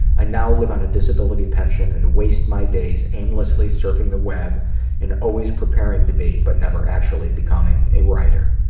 i now live on a disability pension and waste my days aimlessly surfing the web web and always preparing to be, but never actually becoming, a writer.